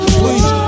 please